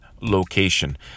location